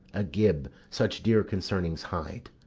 a gib, such dear concernings hide?